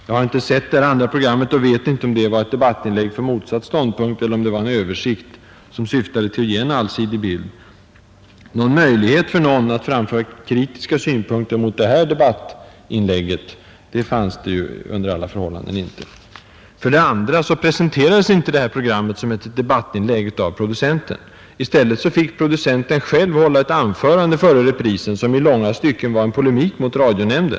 Jag har inte sett Panorama och vet inte om det var ett debattinlägg för motsatt ståndpunkt, eller om det var en översikt som syftade till att ge en allsidig bild. Möjlighet för någon att framföra kritiska synpunkter mot debattinlägget ”Den döende staden” fanns det under alla förhållanden inte. För det andra presenterades inte det här programmet som ett debattinlägg av producenten. I stället fick han själv hålla ett anförande före reprisen, som i långa stycken var en polemik mot radionämnden.